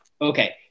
okay